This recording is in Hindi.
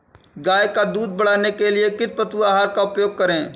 गाय का दूध बढ़ाने के लिए किस पशु आहार का उपयोग करें?